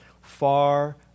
Far